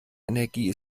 energie